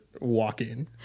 walking